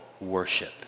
worship